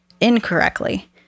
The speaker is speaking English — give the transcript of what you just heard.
incorrectly